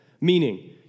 Meaning